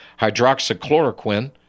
hydroxychloroquine